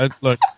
Look